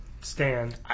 stand